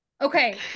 okay